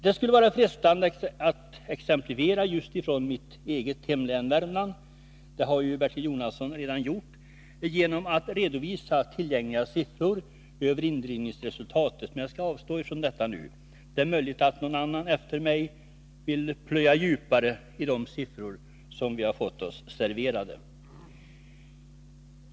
Det skulle vara frestande att ge exempel just från mitt eget hemlän — vilket Bertil Jonasson redan har gjort — genom att redovisa tillgängliga siffror över indrivningsresultatet, men jag skall avstå från det nu; det är möjligt att någon annan efter mig vill plöja djupare i de siffror som vi fått oss serverade.